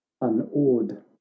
unawed